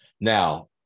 Now